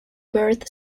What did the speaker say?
birth